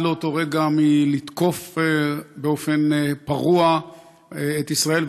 לאותו רגע מלתקוף באופן פרוע את ישראל,